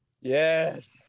Yes